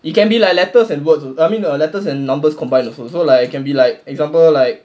it can be like letters and words als~ I mean err letters and numbers combine also so like it can be like example like